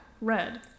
red